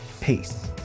Peace